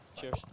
Cheers